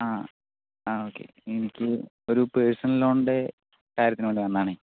ആ ആ ഓക്കേ എനിക്ക് ഒരു പേർസണൽ ലോണിൻ്റെ കാര്യത്തിന് വേണ്ടി വന്നതാണെ